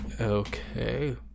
Okay